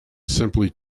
simply